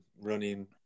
running